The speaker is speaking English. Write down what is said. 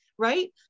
Right